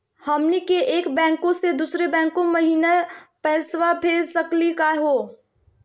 हमनी के एक बैंको स दुसरो बैंको महिना पैसवा भेज सकली का हो?